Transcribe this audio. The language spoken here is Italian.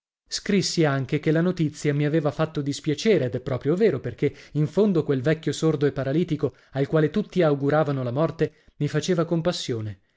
scrissi anche che la notizia mi aveva fatto dispiacere ed è proprio vero perché in fondo quel vecchio sordo e paralitico al quale tutti auguravano la morte mi faceva compassione